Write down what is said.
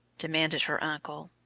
demanded her uncle.